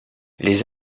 les